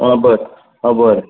आं बरें आं बरें